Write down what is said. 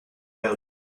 help